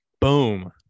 Boom